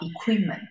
equipment